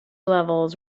levels